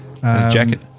Jacket